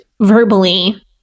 verbally